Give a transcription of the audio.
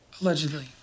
allegedly